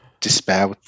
despair